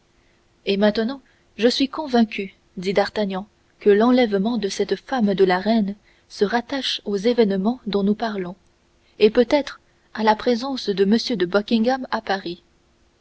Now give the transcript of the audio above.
et maintenant je suis convaincu dit d'artagnan que l'enlèvement de cette femme de la reine se rattache aux événements dont nous parlons et peut-être à la présence de m de buckingham à paris